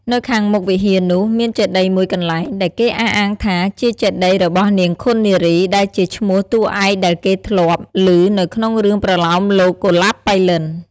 នៅខាងមុខវិហារនោះ មានចេតិយមួយកនែ្លង ដែលគេអះអាងថាជាចេតិយរបស់នាងឃុននារី ដែលជាឈ្មោះតួឯកដែលគេធ្លាប់ ឭនៅក្នុងរឿងប្រលោមលោកកុលាបប៉ៃលិន។